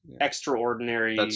extraordinary